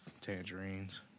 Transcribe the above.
tangerines